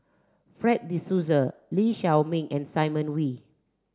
Fred De Souza Lee Shao Meng and Simon Wee